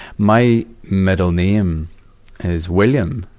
my middle name is william,